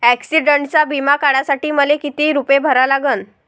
ॲक्सिडंटचा बिमा काढा साठी मले किती रूपे भरा लागन?